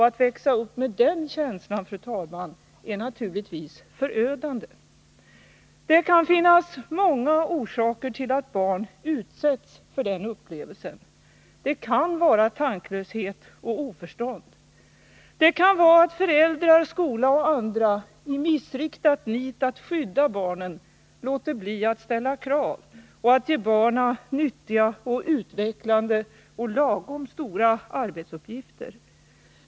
Att växa upp med den känslan, fru talman, är naturligtvis förödande. Det kan finnas många orsaker till att barn utsätts för den upplevelsen. Det kan vara tanklöshet och oförstånd. Det kan vara att föräldrar, skola och andra i missriktad nit att skydda barnen låter bli att ställa krav och att ge barnen nyttiga, utvecklande och lagom stora arbetsuppgifter.